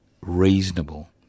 reasonable